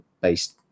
based